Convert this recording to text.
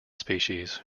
species